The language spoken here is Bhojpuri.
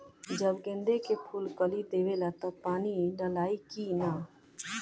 जब गेंदे के फुल कली देवेला तब पानी डालाई कि न?